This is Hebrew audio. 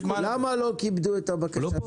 למה לא כיבדו את הבקשה שלי?